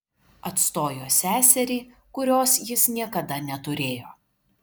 atstojo seserį kurios jis niekada neturėjo